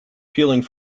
peeling